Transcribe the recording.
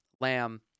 Lamb